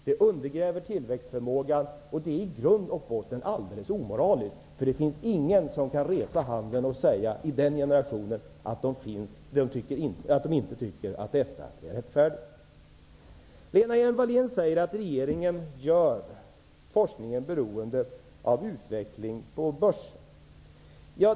Det undergräver tillväxtförmågan, och det är i grund och botten helt omoraliskt. Det finns ingen i den generationen som i dag kan räcka upp handen och säga att de inte tycker att detta är rättfärdigt. Vidare säger Lena Hjelm-Wallén att regeringen gör forskningen beroende av utveckling på börsen.